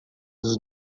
dos